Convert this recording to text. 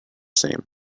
same